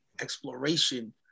exploration